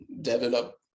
develop